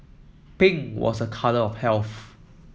pink was a colour of health